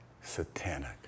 satanic